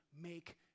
make